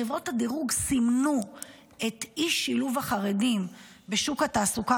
חברות הדירוג סימנו את אי-שילוב החרדים בשוק התעסוקה